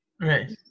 Right